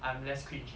I'm less cringey